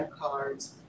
cards